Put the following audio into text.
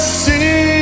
see